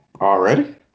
Already